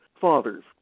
fathers